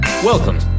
Welcome